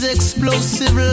explosive